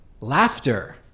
laughter